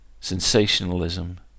sensationalism